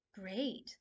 Great